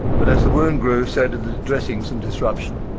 but as the wound grew, so did the dressings and disruption.